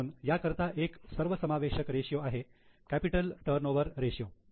म्हणून याकरिता एक सर्वसमावेशक रेषीयो आहे कॅपिटल टर्नओवर रेषीयो